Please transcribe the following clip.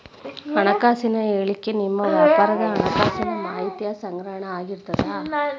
ಹಣಕಾಸಿನ ಹೇಳಿಕಿ ನಿಮ್ಮ ವ್ಯಾಪಾರದ್ ಹಣಕಾಸಿನ ಮಾಹಿತಿಯ ಸಂಗ್ರಹ ಆಗಿರ್ತದ